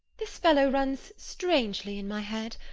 this fellow runs strangely in my head.